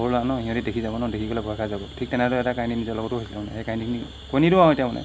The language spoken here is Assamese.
সৰু ল'ৰা ন সিহঁতি দেখি যাব ন দেখি গ'লে ভয় খাই যাব ঠিক তেনেদৰে এটা কাহিনী নিজৰ লগতো হৈছিলে সেই কাহিনীখিনি কৈ নিদিওঁ আৰু এতিয়া মানে